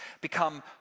become